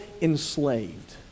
enslaved